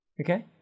Okay